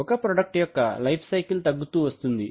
ఒక ప్రాడక్ట్ యొక్క life cycle తగ్గుతూ వస్తుంది